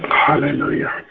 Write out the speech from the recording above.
Hallelujah